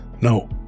no